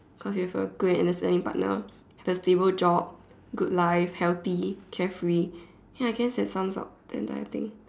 cause you also good listening partner a stable job good life healthy carefree ya I guess that sums up the entire thing